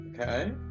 okay